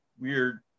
weird